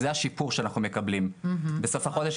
ואני